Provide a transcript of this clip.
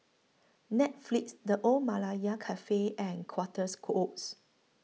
Netflix The Old Malaya Cafe and Quarters Oats